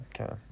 Okay